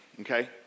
okay